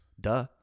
duh